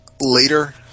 later